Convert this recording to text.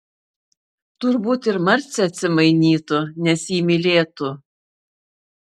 turbūt ir marcė atsimainytų nes jį mylėtų